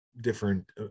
different